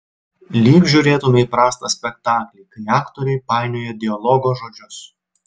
lyg žiūrėtumei prastą spektaklį kai aktoriai painioja dialogo žodžius